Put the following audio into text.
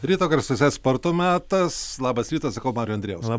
ryto garsuose sporto metas labas rytas sakau mariui andrijauskui